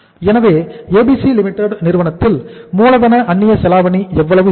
எனவே ABC Limited நிறுவனத்தில் மூலதன அன்னிய செலாவணி எவ்வளவு இருக்கும்